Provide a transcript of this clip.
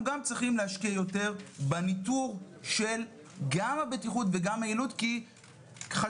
גם צריכים להשקיע יותר בניטור גם של הבטיחות וגם היעילות כי חשוב